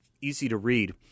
easy-to-read